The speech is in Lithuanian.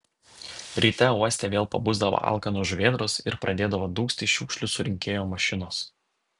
ryte uoste vėl pabusdavo alkanos žuvėdros ir pradėdavo dūgzti šiukšlių surinkėjų mašinos